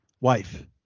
wife